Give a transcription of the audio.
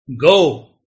go